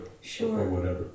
sure